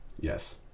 Yes